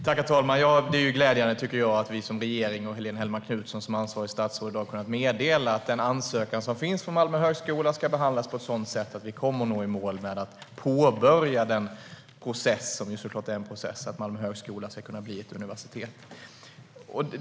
Herr talman! Det är glädjande, tycker jag, att vi som regering och Helene Hellmark Knutsson som ansvarigt statsråd har kunnat meddela att ansökan från Malmö högskola ska behandlas på ett sådant sätt att vi kommer att kunna påbörja den process som krävs för att Malmö högskola ska kunna bli ett universitet.